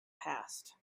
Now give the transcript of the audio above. past